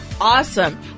Awesome